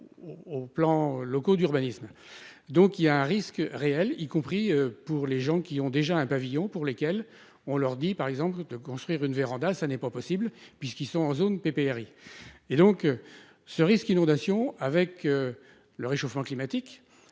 au. Plans locaux d'urbanisme, donc il y a un risque réel, y compris pour les gens qui ont déjà un pavillon pour lesquels on leur dit, par exemple, de construire une véranda, ça n'est pas possible puisqu'ils sont en zone PPRI et donc ce risque inondation avec le réchauffement climatique